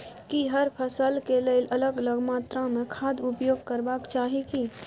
की हर फसल के लेल अलग अलग मात्रा मे खाद उपयोग करबाक चाही की?